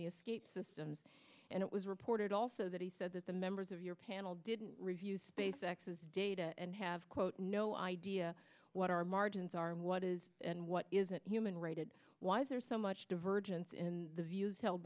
the escape system and it was reported also that he said that the members of your panel didn't review space x s data and have quote no idea what our margins are and what is and what isn't human rated why is there so much divergence in the views held